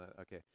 Okay